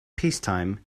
peacetime